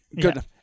good